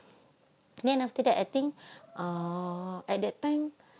then after that I think um at that time